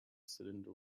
cylinder